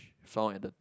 found at the